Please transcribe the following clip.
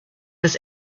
was